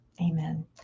Amen